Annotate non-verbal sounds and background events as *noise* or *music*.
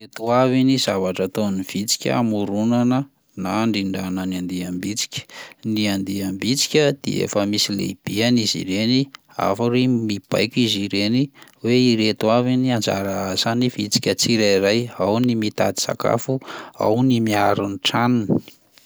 Ireto avy ny zavatra ataon'ny vitsika hamoronana na handrindrana ny andiam-bitsika: ny andiam-bitsika dia efa misy lehibeany izy ireny *unintelligible* mibaiko izy ireny hoe ireto avy ny anjara asan'ny vitsika tsirairay, ao ny mitady sakafo, ao ny miaro ny tranony.